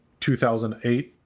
2008